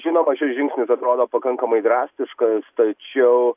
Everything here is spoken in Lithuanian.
žinoma šis žingsnis atrodo pakankamai drastiškas tačiau